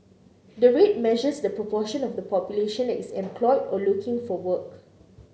the rate measures the proportion of the population that is employed or looking for work